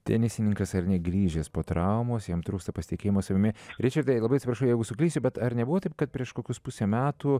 tenisininkas ar negrįžęs po traumos jam trūksta pasitikėjimo savimi ričardai labai atsiprašau jeigu suklysiu bet ar nebuvo taip kad prieš kokius pusę metų